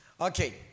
Okay